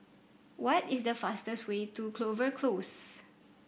what is the fastest way to Clover Close